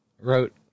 wrote